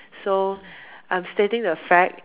so I'm stating the fact